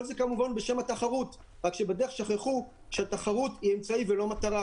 כל זה כמובן בשם התחרות אבל שבדרך שכחו שהתחרות היא אמצעי ולא מטרה.